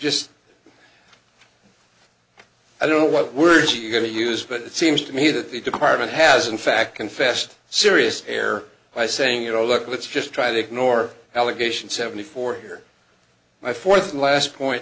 just i don't know what words you're going to use but it seems to me that the department has in fact confessed serious error by saying you know look let's just try to ignore allegation seventy four here my fourth and last point